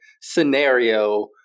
scenario